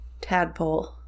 Tadpole